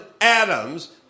Adams